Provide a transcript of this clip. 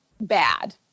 bad